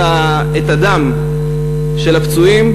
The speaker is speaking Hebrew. את הדם של הפצועים,